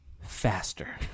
Faster